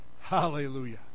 Hallelujah